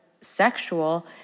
sexual